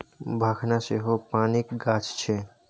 भखना सेहो पानिक गाछ छै